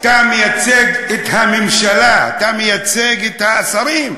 אתה מייצג את הממשלה, אתה מייצג את השרים.